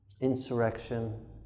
insurrection